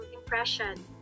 impression